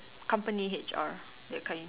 company H_R that kind